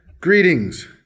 Greetings